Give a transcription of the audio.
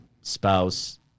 spouse